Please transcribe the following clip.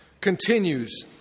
continues